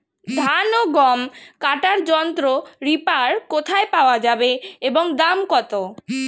ধান ও গম কাটার যন্ত্র রিপার কোথায় পাওয়া যাবে এবং দাম কত?